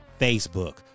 Facebook